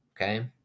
Okay